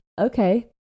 Okay